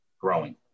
growing